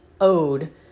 owed